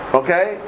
okay